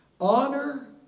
Honor